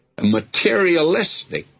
materialistic